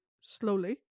slowly